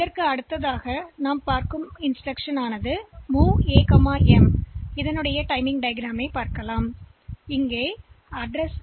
எனவே அடுத்து இந்த MOV A M இன்ஸ்டிரக்ஷன்ப் பார்ப்போம்